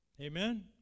Amen